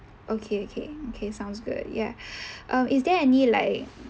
okay okay okay sounds good ya err is there any like